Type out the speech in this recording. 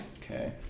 Okay